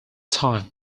time